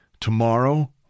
tomorrow